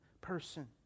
person